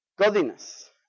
Godliness